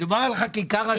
מדובר על חקיקה ראשית.